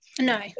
no